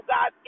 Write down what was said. God